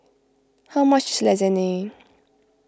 how much is Lasagne